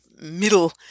middle